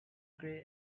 grey